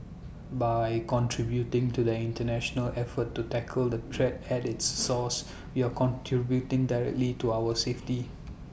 by contributing to the International effort to tackle the threat at its source we are contributing directly to our safety